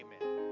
Amen